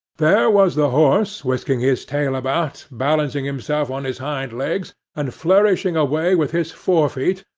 there was the horse, whisking his tail about, balancing himself on his hind-legs, and flourishing away with his fore-feet,